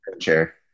Chair